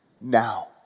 now